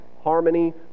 harmony